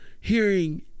hearing